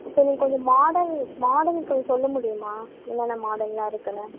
இப்போ நீங்கள் கொஞ்சம் மாடல் மாடல் கொஞ்சம் சொல்ல முடியுமா என்னென்ன மாடலெலாம் இருக்குதுன்னு